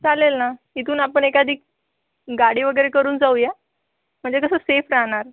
चालेल ना इथून आपण एखादी गाडी वगैरे करून जाऊया म्हणजे कसं सेफ राहणार